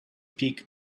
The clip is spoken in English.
peak